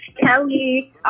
Kelly